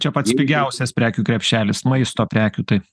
čia pats pigiausias prekių krepšelis maisto prekių taip